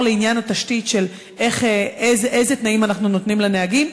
לעניין התשתית של איזה תנאים אנחנו נותנים לנהגים.